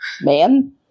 Man